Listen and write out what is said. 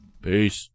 Peace